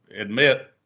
admit